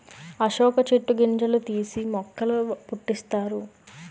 అశోక చెట్టు గింజలు తీసి మొక్కల పుట్టిస్తారు